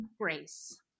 grace